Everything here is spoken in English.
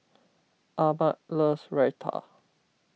Ahmed loves Raita